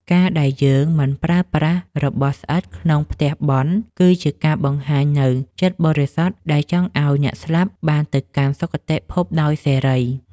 ការដែលយើងមិនប្រើប្រាស់របស់ស្អិតក្នុងផ្ទះបុណ្យ គឺជាការបង្ហាញនូវចិត្តបរិសុទ្ធដែលចង់ឱ្យអ្នកស្លាប់បានទៅកាន់សុគតិភពដោយសេរី។